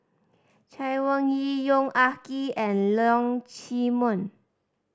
Chay Weng Yew Yong Ah Kee and Leong Chee Mun